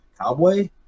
Cowboy